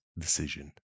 decision